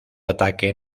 ataque